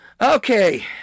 Okay